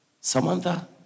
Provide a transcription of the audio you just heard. Samantha